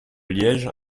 liège